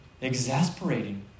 exasperating